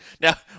Now